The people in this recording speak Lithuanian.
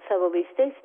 savo vaistais